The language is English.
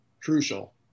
crucial